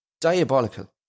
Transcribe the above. Diabolical